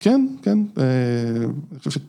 ‫כן, כן, אממ.. אני חושב ש